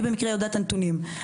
אני במקרה יודעת את הנתונים,